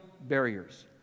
barriers